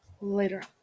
Later